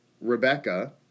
Rebecca